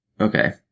Okay